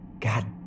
God